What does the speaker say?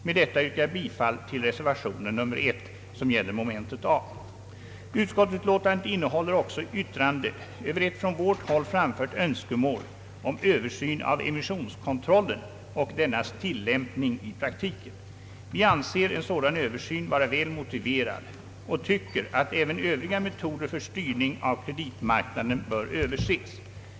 Med detta, herr talman, yrkar jag bifall till reservation 1, som gäller punkten A. Utskottsutlåtandet innehåller också yttrande över ett från vårt håll framfört önskemål om översyn av emissionskontrollen och dennas tillämpning i praktiken. Vi anser en sådan översyn vara väl motiverad och tycker att även övriga metoder för styrning av kreditmarknaden bör överses.